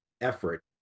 effort